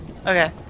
Okay